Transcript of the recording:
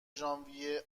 ژانویه